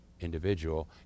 individual